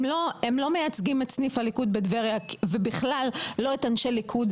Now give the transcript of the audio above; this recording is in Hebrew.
הם לא מייצגים את סניף הליכוד בטבריה ובכלל לא את אנשי הליכוד.